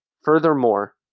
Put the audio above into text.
Furthermore